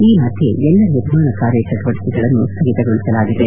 ಈ ಮಧ್ವೆ ಎಲ್ಲ ನಿರ್ಮಾಣ ಕಾರ್ಯಚಟುವಟಿಕೆಗಳನ್ನು ಸ್ಥಗಿತಗೊಳಿಸಲಾಗಿದೆ